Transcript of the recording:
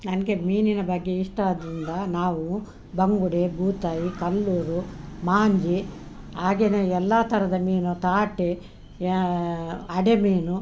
ನನಗೆ ಮೀನಿನ ಬಗ್ಗೆ ಇಷ್ಟ ಆದ್ದರಿಂದ ನಾವು ಬಂಗುಡೆ ಬೂತಾಯಿ ಕಲ್ಲೂರು ಮಾಂಜಿ ಹಾಗೇನೇ ಎಲ್ಲಾ ಥರದ ಮೀನು ತಾಟೆ ಅಡೆ ಮೀನು